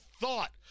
thought